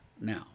now